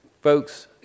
Folks